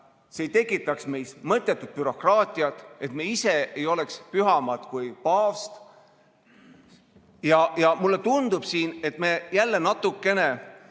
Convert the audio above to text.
ei tekiks mõttetut bürokraatiat, et me ise ei oleks pühamad kui paavst. Mulle tundub, et me jälle natukene